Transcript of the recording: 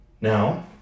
Now